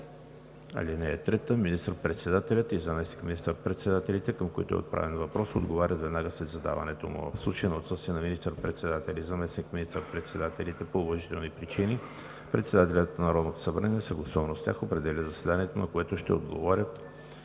въпроса. (3) Министър-председателят и заместник министър председателите, към които е отправен въпрос, отговарят веднага след задаването му. В случай на отсъствие на министър председателя и заместник министър-председателите по уважителни причини председателят на Народното събрание съгласувано с тях определя заседанието, на което ще отговорят